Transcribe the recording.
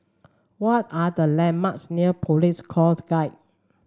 what are the landmarks near Police Coast Guard